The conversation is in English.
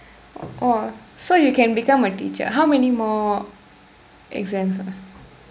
!wah! so you can become a teacher how many more exams